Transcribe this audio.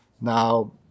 Now